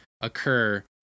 occur